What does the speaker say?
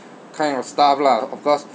kind of stuff lah of course